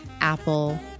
Apple